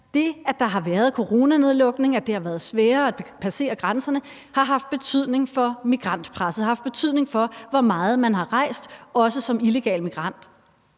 Det, at der har været coronanedlukning, og at det har været sværere at passere grænserne, har haft betydning for migrantpresset og haft betydning for, hvor meget man har rejst, også som illegal migrant.